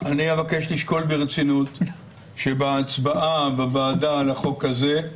אבקש לשקול ברצינות שבהצבעה בוועדה על החוק הזה,